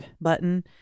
button